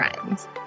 friends